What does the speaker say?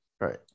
Right